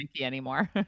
anymore